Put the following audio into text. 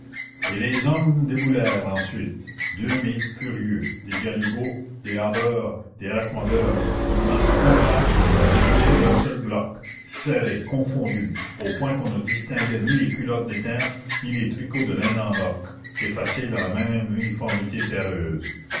et les hommes déboulèrent ensuite deux mille furieux des galibots des haveurs des raccommodeurs une masse compacte qui roulait d'un seul bloc serrée confondue au point qu'on ne distinguait ni les culottes déteintes ni les tricots de laine en loques effacés dans la même uniformité terreuse